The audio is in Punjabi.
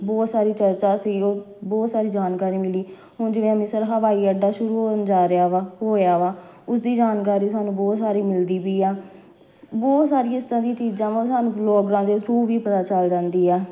ਬਹੁਤ ਸਾਰੀ ਚਰਚਾ ਸੀ ਬਹੁਤ ਸਾਰੀ ਜਾਣਕਾਰੀ ਮਿਲੀ ਹੁਣ ਜਿਵੇਂ ਅੰਮ੍ਰਿਤਸਰ ਹਵਾਈ ਅੱਡਾ ਸ਼ੁਰੂ ਹੋਣ ਜਾ ਰਿਹਾ ਵਾ ਹੋਇਆ ਵਾ ਉਸਦੀ ਜਾਣਕਾਰੀ ਸਾਨੂੰ ਬਹੁਤ ਸਾਰੀ ਮਿਲਦੀ ਪਈ ਆ ਬਹੁਤ ਸਾਰੀਆਂ ਇਸ ਤਰ੍ਹਾਂ ਦੀਆਂ ਚੀਜ਼ਾਂ ਵਾ ਸਾਨੂੰ ਵਲੋਗਰਾਂ ਦੇ ਥਰੂ ਵੀ ਪਤਾ ਚੱਲ ਜਾਂਦੀ ਆ